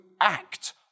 act